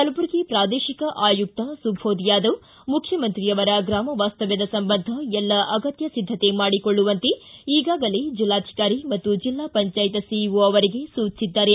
ಕಲಬುರಗಿ ಪ್ರಾದೇಶಿಕ ಆಯುಕ್ತ ಸುಬೋಧ ಯಾದವ್ ಮುಖ್ಯಮಂತ್ರಿ ಅವರ ಗ್ರಾಮ ವಾಸ್ತವ್ಯದ ಸಂಬಂಧ ಎಲ್ಲ ಅಗತ್ಯ ಸಿದ್ದತೆ ಮಾಡಿಕೊಳ್ಳುವಂತೆ ಈಗಾಗಲೇ ಜಿಲ್ಲಾಧಿಕಾರಿ ಹಾಗೂ ಜಿಲ್ಲಾ ಪಂಚಾಯತ್ ಸಿಇಒ ಅವರಿಗೆ ಸೂಚಿಸಿದ್ದಾರೆ